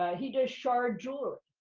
he does shard jewelry.